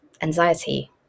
anxiety